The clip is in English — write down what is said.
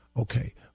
Okay